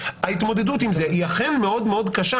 ההתמודדות עם זה היא אכן מאוד מאוד קשה.